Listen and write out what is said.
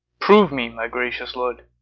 prove me, my gracious lord.